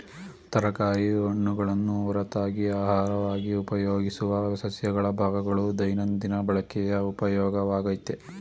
ತರಕಾರಿಯು ಹಣ್ಣುಗಳನ್ನು ಹೊರತಾಗಿ ಅಹಾರವಾಗಿ ಉಪಯೋಗಿಸುವ ಸಸ್ಯಗಳ ಭಾಗಗಳು ದೈನಂದಿನ ಬಳಕೆಯ ಉಪಯೋಗವಾಗಯ್ತೆ